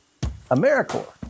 AmeriCorps